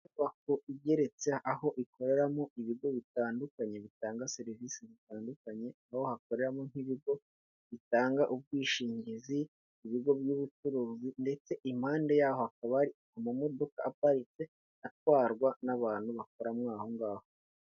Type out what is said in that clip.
Inyubako igeretse aho ikoreramo ibigo bitandukanye bitanga serivisi zitandukanye, aho hakoreramo nk'ibigo bitanga ubwishingizi ku bigo by'ubucuruzi ndetse impande yaho hakaba hari amamodoka aparitse, atwarwa n'abantu bakora mo aho ngaho.